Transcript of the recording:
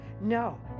No